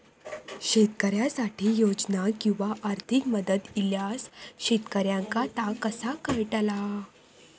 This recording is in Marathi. शेतकऱ्यांसाठी योजना किंवा आर्थिक मदत इल्यास शेतकऱ्यांका ता कसा कळतला?